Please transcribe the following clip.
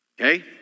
Okay